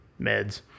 meds